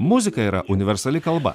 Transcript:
muzika yra universali kalba